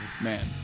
Man